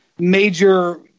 major